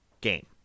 game